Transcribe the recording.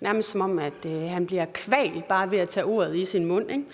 nærmest, som om han bliver kvalt bare ved at tage ordet i sin mund.